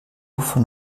von